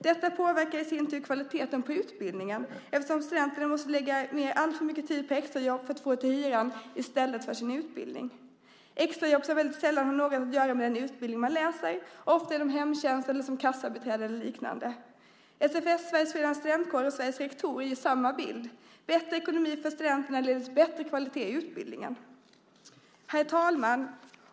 Detta påverkar i sin tur kvaliteten på utbildningen, eftersom studenterna måste lägga ned alltför mycket tid på extrajobb för att få till hyran i stället för sin utbildning. Det är extrajobb som väldigt sällan har något att göra med den utbildning man läser. Det är ofta arbete inom hemtjänsten, som kassabiträde eller liknande. SFS, Sveriges förenade studentkårer, och Sveriges rektorer ger samma bild. Bättre ekonomi för studenterna leder till bättre kvalitet i utbildningen. Herr talman!